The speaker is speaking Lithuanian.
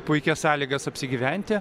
puikias sąlygas apsigyventi